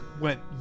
went